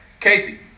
Casey